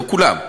לא כולם,